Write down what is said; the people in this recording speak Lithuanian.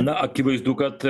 na akivaizdu kad